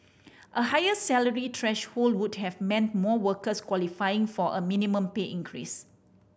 a higher salary threshold would have meant more workers qualifying for a minimum pay increase